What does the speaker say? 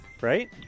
Right